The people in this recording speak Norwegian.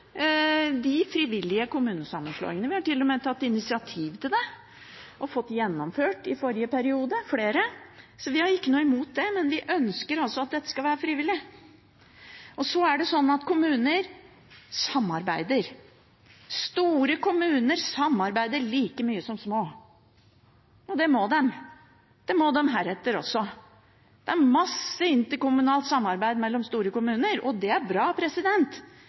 de frivillige kommunesammenslåingene. Vi har til og med tatt initiativ til det og fått gjennomført flere i forrige periode. Så vi har ikke noe imot det, men vi ønsker altså at dette skal være frivillig. Det er sånn at kommuner samarbeider. Store kommuner samarbeider like mye som små. Det må de. Det må de gjøre heretter også. Det er masse interkommunalt samarbeid mellom store kommuner. Det er bra.